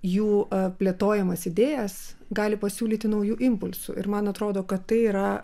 jų plėtojamas idėjas gali pasiūlyti naujų impulsų ir man atrodo kad tai yra